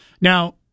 Now